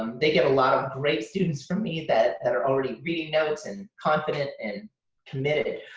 um they get a lot of great students from me that that are already reading notes and confident and committed.